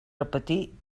repetir